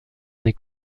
n’est